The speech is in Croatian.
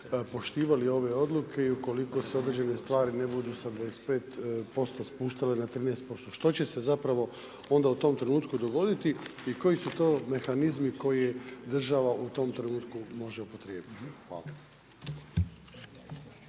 poštivali ove odluke i ukoliko se određene stvari ne budu sa 25% spuštale na 13%. Što će se zapravo u ond au tom trentuku dogoditi i koji su to mehanizmi koje država u tom trentuku može upotreijebiti.